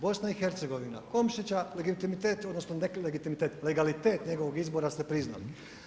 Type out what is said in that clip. BiH, KOmšića legitimitet odnosno ne legitimitet, legalitet njegovog izbora ste priznali.